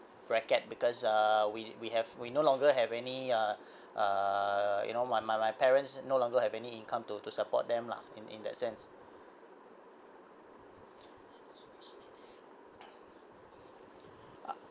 bracket because uh we we have we no longer have any uh uh you know my my my parents no longer have any income to to support them lah in in that sense ah